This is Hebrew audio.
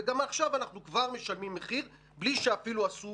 וגם עכשיו אנחנו משלמים מחיר בלי שאפילו עשו